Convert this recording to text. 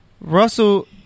Russell